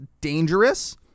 dangerous